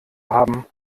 haben